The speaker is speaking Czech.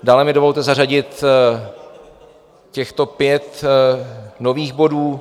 Dále mi dovolte zařadit těchto pět nových bodů.